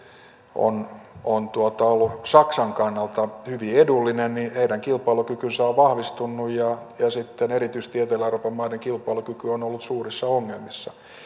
on on ollut saksan kannalta hyvin edullinen niin heidän kilpailukykynsä on vahvistunut ja sitten erityisesti etelä euroopan maiden kilpailukyky on ollut suurissa ongelmissa